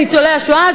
ניצולי שואה,